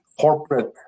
corporate